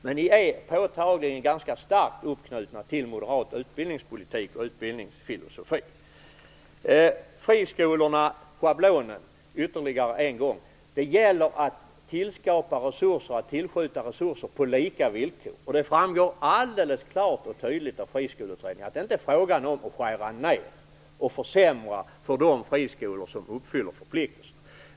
Men ni är antagligen ganska starkt uppknutna till moderat utbildningspolitik och utbildningsfilosofi. Ytterligare en gång om friskolorna och schablonen: Det gäller att tillskjuta resurser på lika villkor. Det framgår alldeles klart och tydligt av Friskoleutredningen att det inte är fråga om att skära ned och försämra för de friskolor som uppfyller förpliktelserna.